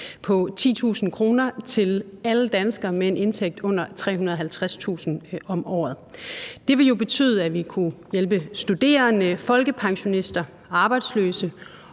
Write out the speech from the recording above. på 10.000 kr. til alle danskere med en indtægt under 350.000 kr. om året. Det ville jo betyde, at vi kunne hjælpe studerende, folkepensionister, arbejdsløse